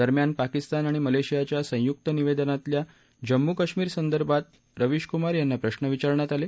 दरम्यान पाकिस्तान आणि मलेशियाच्या संयुक निवेदनातल्या जम्मू काश्मीरच्या संदर्भात रविश कुमार यांना प्रश्न विचारण्यात आले